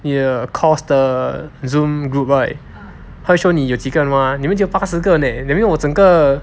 你的 course 的 Zoom group right 他 show 你有几个人 mah 里面只有八十个人 leh that means 我整个